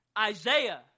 Isaiah